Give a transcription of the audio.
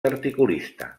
articulista